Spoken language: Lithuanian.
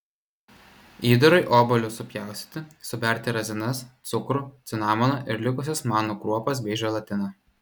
įdarui obuolius supjaustyti suberti razinas cukrų cinamoną ir likusias manų kruopas bei želatiną